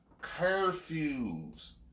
curfews